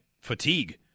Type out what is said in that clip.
fatigue